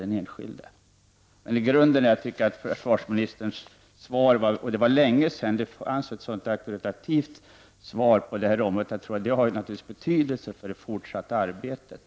Det vore ett stöd till den enskilde. Det var länge sedan det uttalades någonting så auktoritativt på detta område. Försvarsministerns svar har naturligtvis stor betydelse för det fortsatta arbetet.